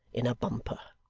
in a bumper.